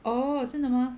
oh 真的吗